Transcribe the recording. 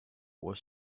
was